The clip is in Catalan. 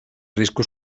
riscos